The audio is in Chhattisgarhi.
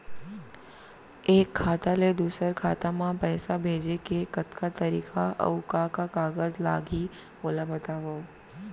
एक खाता ले दूसर खाता मा पइसा भेजे के कतका तरीका अऊ का का कागज लागही ओला बतावव?